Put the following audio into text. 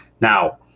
Now